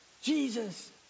Jesus